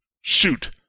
Shoot